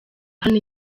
hano